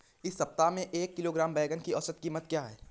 इस सप्ताह में एक किलोग्राम बैंगन की औसत क़ीमत क्या है?